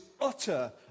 utter